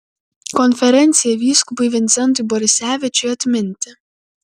konferencija vyskupui vincentui borisevičiui atminti